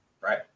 right